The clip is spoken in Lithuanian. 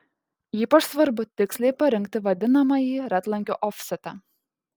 ypač svarbu tiksliai parinkti vadinamąjį ratlankio ofsetą